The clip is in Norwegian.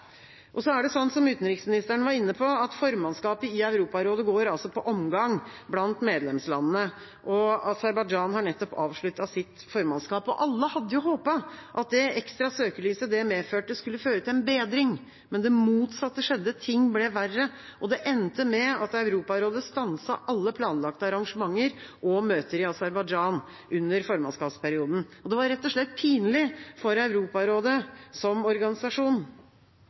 Som utenriksministeren var inne på, går formannskapet i Europarådet på omgang blant medlemslandene. Aserbajdsjan har nettopp avsluttet sitt formannskap. Alle hadde håpet at det ekstra søkelyset det medførte, skulle føre til en bedring, men det motsatte skjedde – ting ble verre. Det endte med at Europarådet stanset alle planlagte arrangementer og møter i Aserbajdsjan under formannskapsperioden. Det var rett og slett pinlig for Europarådet som organisasjon.